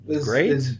Great